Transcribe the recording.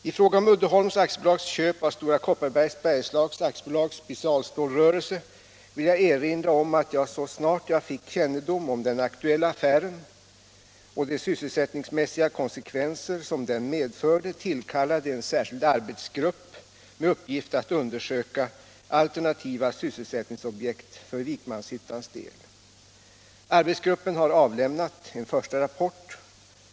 I fråga om Uddeholms AB:s köp av Stora Kopparbergs Bergslags AB:s specialstålrörelse vill jag erinra om att jag så snart jag fick kännedom om den aktuella affären och de sysselsättningsmässiga konsekvenser som den medförde tillkallade en särskild arbetsgrupp med uppgift att undersöka alternativa sysselsättningsobjekt för Vikmanshyttans del. Arbetsgruppen har avlämnat en första rapport.